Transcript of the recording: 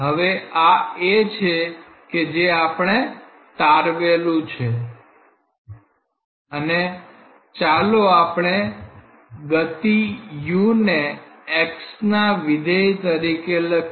હવે આ એ છે કે જે આપણે તારવેલુ છે અને ચાલો આપણે ગતિ u ને x ના વિધેય તરીકે લખીએ